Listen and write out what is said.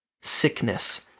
Sickness